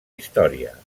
història